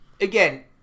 again